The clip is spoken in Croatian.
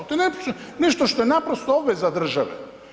To ne nešto što je naprosto obveza države.